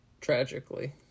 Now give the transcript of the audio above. tragically